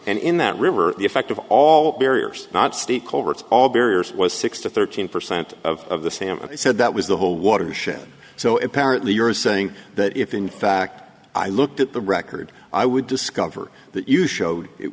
and in that river the effect of all barriers not state culverts all barriers was six to thirteen percent of the salmon he said that was the whole watershed so apparently you're saying that if in fact i looked at the record i would discover that you showed it